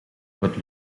het